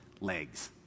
legs